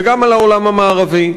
וגם על העולם המערבי,